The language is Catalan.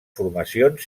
formacions